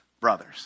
brothers